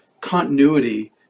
continuity